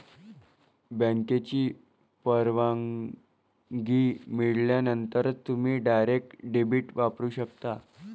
बँकेची परवानगी मिळाल्यानंतरच तुम्ही डायरेक्ट डेबिट वापरू शकता